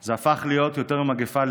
זה הפך להיות יותר הרג ממגפה.